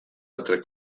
altre